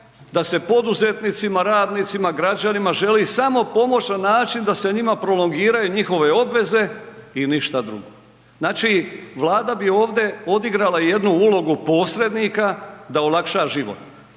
da se poduzetnicima, radnicima, građanima, želi samo pomoć na način da se njima prolongiraju njihove obveze i ništa drugo. Znači, Vlada bi ovdje odigrala jednu ulogu posrednika da olakša život.